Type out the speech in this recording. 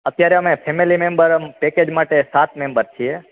અત્યારે અમે family member અમે પેકેજ માટે સાત મેમ્બર છીએ